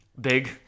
big